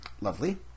lovely